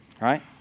right